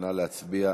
נא להצביע.